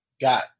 got